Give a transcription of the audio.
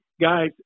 guys